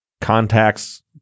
contacts